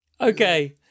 Okay